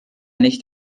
nicht